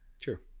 sure